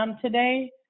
today